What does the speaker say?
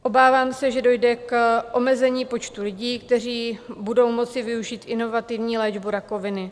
Obávám se, že dojde k omezení počtu lidí, kteří budou moci využít inovativní léčbu rakoviny.